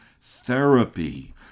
therapy